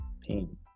pain